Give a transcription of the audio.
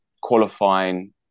qualifying